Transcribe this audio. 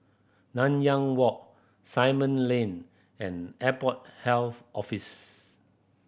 Nanyang Walk Simon Lane and Airport Health Office